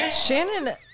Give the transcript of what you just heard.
Shannon